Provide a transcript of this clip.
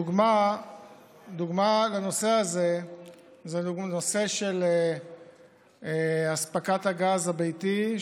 דוגמה לנושא הזה היא הנושא של אספקת הגז הביתי,